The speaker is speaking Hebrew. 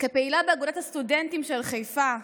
כפעילה באגודת הסטודנטים של חיפה.